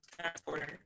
transporter